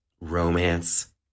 Romance